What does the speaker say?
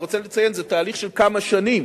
אני רוצה לציין שזה תהליך של כמה שנים.